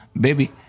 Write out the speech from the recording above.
baby